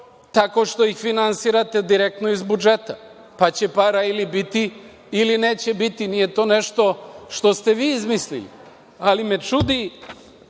tako što ih finansirate direktno iz budžeta, pa će para ili biti ili neće biti. Nije to nešto što ste vi izmislili, ali me čudi